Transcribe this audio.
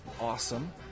awesome